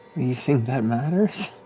you think that matters?